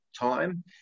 time